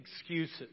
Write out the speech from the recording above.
excuses